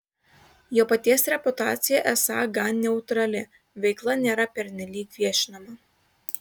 jo paties reputacija esą gan neutrali veikla nėra pernelyg viešinama